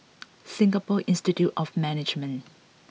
Singapore Institute of Management